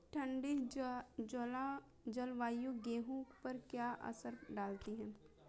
ठंडी जलवायु गेहूँ पर क्या असर डालती है?